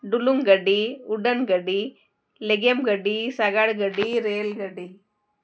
ᱰᱩᱞᱩᱝ ᱜᱟᱹᱰᱤ ᱩᱰᱟᱹᱱ ᱜᱟᱹᱰᱤ ᱞᱮᱜᱮᱢ ᱜᱟᱹᱰᱤ ᱥᱟᱜᱟᱲ ᱜᱟᱹᱰᱤ ᱨᱮᱞ ᱜᱟᱹᱰᱤ